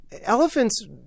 elephants